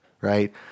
right